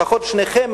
לפחות שניכם,